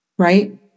Right